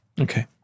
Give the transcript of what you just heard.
Okay